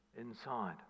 inside